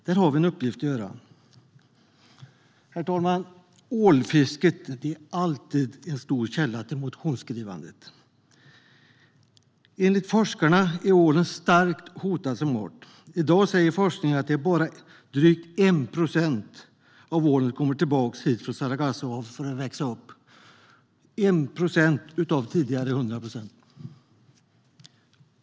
Där har vi en uppgift att göra. Herr talman! Ålfisket är alltid en stor källa till motioner. Enligt forskarna är ålen starkt hotad som art. I dag säger forskningen att det bara är drygt 1 procent av ålen som kommer tillbaka hit från Sargassohavet för att växa upp - 1 procent, mot tidigare 100 procent.